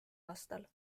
aastal